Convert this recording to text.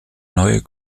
neue